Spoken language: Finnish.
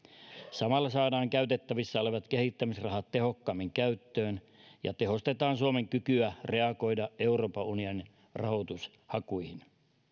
samalla saadaan käytettävissä olevat kehittämisrahat tehokkaammin käyttöön ja tehostetaan suomen kykyä reagoida euroopan unionin rahoitushakuihin